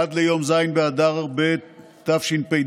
עד ליום ז' באדר ב' תשפ"ד,